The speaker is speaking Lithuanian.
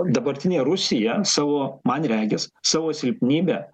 dabartinė rusija savo man regis savo silpnybę